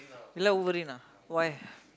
you like Wolverine ah why